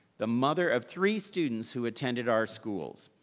the mother of three students who attended our schools.